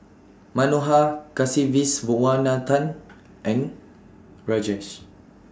Manohar Kasiviswanathan and Rajesh